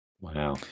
Wow